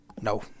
No